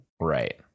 Right